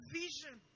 vision